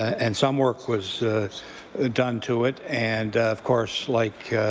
and some work was done to it, and of course like